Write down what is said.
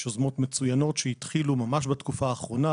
יש יוזמות מצוינות שהתחילו ממש בתקופה האחרונה.